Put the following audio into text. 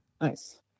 Nice